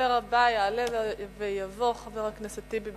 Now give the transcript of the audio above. הדובר הבא, יעלה ויבוא חבר הכנסת אחמד טיבי,